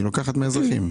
היא לוקחת האזרחים.